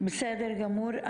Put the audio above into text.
בסדר גמור.